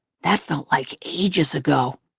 that felt like ages ago.